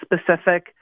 specific